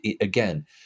Again